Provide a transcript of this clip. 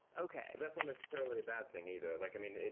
okay that's not necessarily a bad thing either. like i mean,